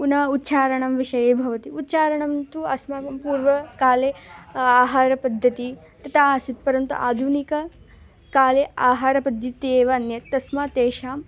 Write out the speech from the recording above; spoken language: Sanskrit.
पुनः उच्चारणं विषये भवति उच्चारणं तु अस्माकं पूर्वकाले आहारपद्धतिः तथा आसीत् परन्तु आधुनिककाले आहारपद्धतिः एव अन्यत् तस्मात् तेषाम्